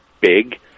big